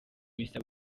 misa